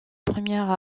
première